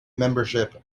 membership